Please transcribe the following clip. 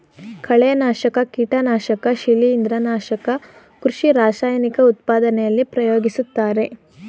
ಕಳೆನಾಶಕ, ಕೀಟನಾಶಕ ಶಿಲಿಂದ್ರ, ನಾಶಕ ಕೃಷಿ ರಾಸಾಯನಿಕ ಉತ್ಪಾದನೆಯಲ್ಲಿ ಪ್ರಯೋಗಿಸುತ್ತಾರೆ